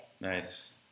Nice